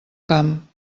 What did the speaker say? camp